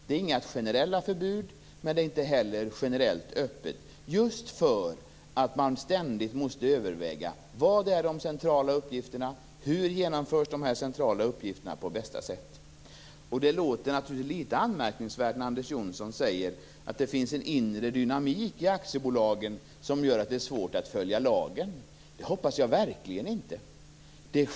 Det är inga generella förbud, men det är heller inte generellt öppet - just därför att man ständigt måste överväga vilka de centrala uppgifterna är och hur de genomförs på bästa sätt. Det låter naturligtvis litet anmärkningsvärt då Anders Johnson säger att det finns en inneboende dynamik i aktiebolagen som gör det svårt att följa lagen. Jag hoppas verkligen att så inte är fallet.